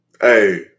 Hey